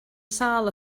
sâl